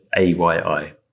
AYI